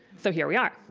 so here we are.